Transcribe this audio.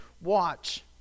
watch